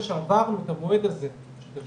את יודעת איך זה עובד, לייבה,